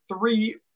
three